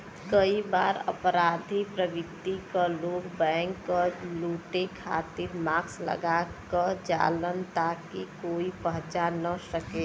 कई बार अपराधी प्रवृत्ति क लोग बैंक क लुटे खातिर मास्क लगा क जालन ताकि कोई पहचान न सके